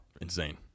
insane